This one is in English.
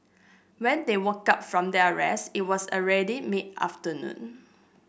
when they woke up from their rest it was already mid afternoon